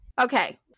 Okay